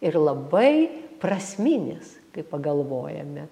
ir labai prasminis kai pagalvojame